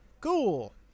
Cool